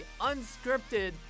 unscripted